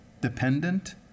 dependent